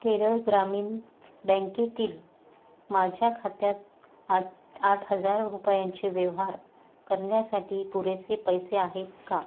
केरळ ग्रामीन बँकेतील माझ्या खात्यात आठ आठ हजार रुपयांचे व्यवहार करण्यासाठी पुरेसे पैसे आहेत का